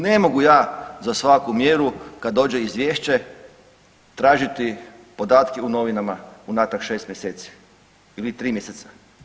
Ne mogu ja za svaku mjeru kad dođe izvješće tražiti podatke u novinama unatrag 6 mjeseci ili 3 mjeseca.